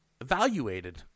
evaluated